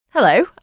Hello